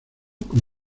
con